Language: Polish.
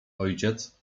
ojciec